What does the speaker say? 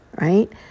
right